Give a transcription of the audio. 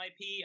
ip